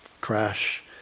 crash